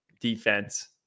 defense